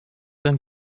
een